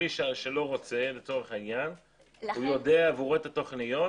השליש שלא רוצה יודע ורואה את התוכניות,